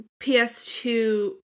PS2